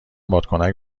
بادکنک